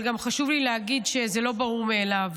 גם חשוב לי להגיד שזה לא ברור מאליו.